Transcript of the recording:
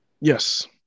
Yes